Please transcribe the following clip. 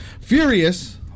Furious